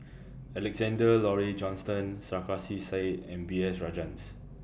Alexander Laurie Johnston Sarkasi Said and B S Rajhans